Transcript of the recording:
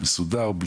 מסודר.